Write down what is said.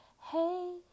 Hey